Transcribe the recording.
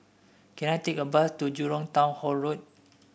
can I take a bus to Jurong Town Hall Road